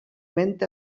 ment